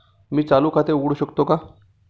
मी चालू खाते उघडू शकतो का?